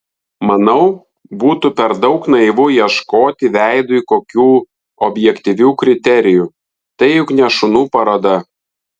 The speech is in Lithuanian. manau būtų per daug naivu ieškoti veidui kokių objektyvių kriterijų tai juk ne šunų paroda